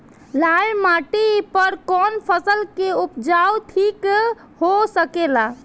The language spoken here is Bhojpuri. लाल माटी पर कौन फसल के उपजाव ठीक हो सकेला?